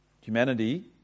Humanity